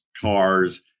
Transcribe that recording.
cars